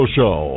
Show